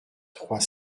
trois